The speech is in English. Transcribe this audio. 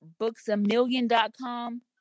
booksamillion.com